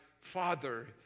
father